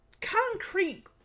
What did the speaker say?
concrete